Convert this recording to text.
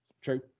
True